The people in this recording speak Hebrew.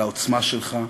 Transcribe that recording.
לעוצמה שלך,